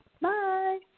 Bye